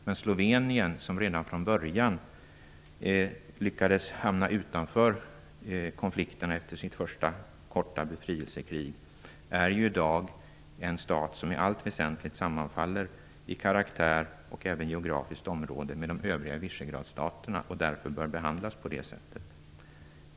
Men Slovenien, som redan från början lyckades stanna utanför konflikten efter sitt korta befrielsekrig, är i dag en stat som i allt väsentligt i karaktär och geografiskt sammanfaller med de övriga vichegradsstaterna och därför bör behandlas därefter.